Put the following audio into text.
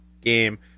game